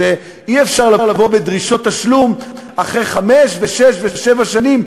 אי-אפשר לבוא בדרישות תשלום אחרי חמש ושש ושבע שנים,